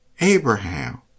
Abraham